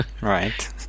Right